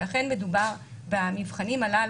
שאכן מדובר במבחנים הללו,